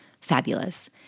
fabulous